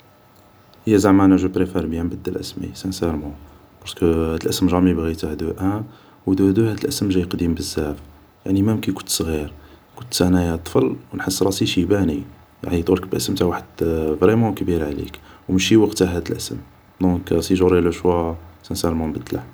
هي زعما انا جوبريفار بيان نبدل اسمي ، سانسارمون ، بارسكو هاد لاسم جامي بغيته دو ان ، و دو دو هاد الاسم جاي قديم بزاف ، يعني مام كي كنت صغير كنت انايا طفل نحس راسي شيباني ، يعيطولك باسم تاع واحد فريمون كبير عليك ، و ماشي وقته هاد لاسم ، دونك سي جوري لو شوا سانسارمون نبدله